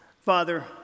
Father